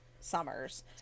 summers